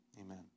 Amen